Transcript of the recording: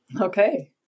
Okay